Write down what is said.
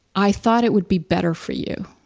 i thought it would be better for you.